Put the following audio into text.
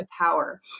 power